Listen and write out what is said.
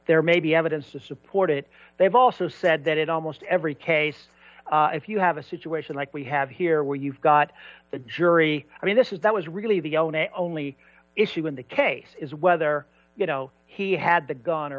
there may be evidence to support it they've also said that it almost every case if you have a situation like we have here where you've got the jury i mean this was that was really the only only issue in the case is whether you know he had the gone or